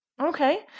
Okay